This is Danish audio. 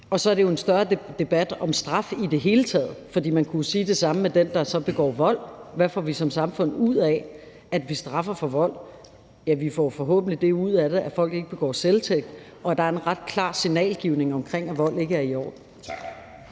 Og så er det en større debat om straf i det hele taget, for man kunne jo sige det samme om den, der begår vold. Hvad får vi som samfund ud af, at vi straffer for vold? Ja, vi får forhåbentlig det ud af det, at folk ikke begår selvtægt, og at der er en ret klar signalgivning omkring, at vold ikke er i orden. Kl.